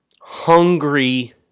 hungry